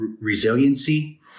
resiliency